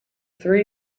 three